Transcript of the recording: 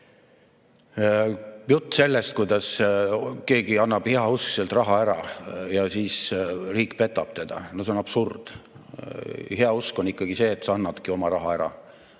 Jutt sellest, kuidas keegi annab heauskselt raha ära ja siis riik petab teda. No see on absurd. Hea usk on ikkagi see, et sa annadki oma raha ära